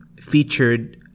featured